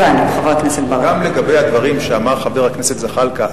גם לגבי הדברים שאמר חבר הכנסת זחאלקה,